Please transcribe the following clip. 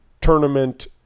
tournament